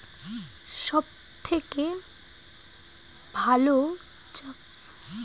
সব থেকে ভালো জৈব কীটনাশক এর নাম কি?